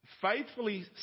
faithfully